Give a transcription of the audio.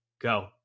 go